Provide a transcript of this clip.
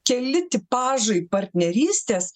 keli tipažai partnerystės